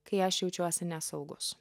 kai aš jaučiuosi nesaugus